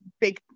big